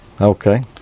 Okay